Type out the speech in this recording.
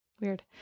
Weird